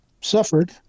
suffered